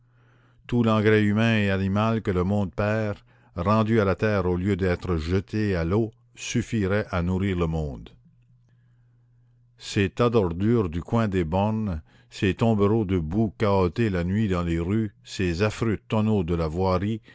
tout l'engrais humain et animal que le monde perd rendu à la terre au lieu d'être jeté à l'eau suffirait à nourrir le monde ces tas d'ordures du coin des bornes ces tombereaux de boue cahotés la nuit dans les rues ces affreux tonneaux de la voirie